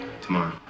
Tomorrow